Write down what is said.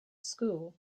school